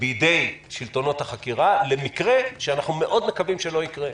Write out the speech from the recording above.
בידי שלטונות החקירה למקרה שאנחנו מאוד מקווים שלא יקרה,